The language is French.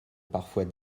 parfois